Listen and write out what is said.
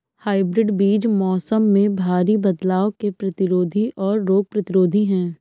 hybrid बीज मौसम में भारी बदलाव के प्रतिरोधी और रोग प्रतिरोधी हैं